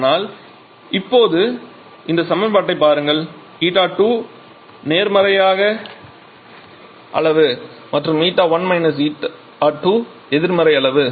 ஆனால் இப்போது இந்த சமன்பாட்டைப் பாருங்கள் η2 நேர்மறை அளவு மற்றும் η1 η2 எதிர்மறை அளவு